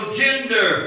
gender